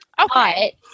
Okay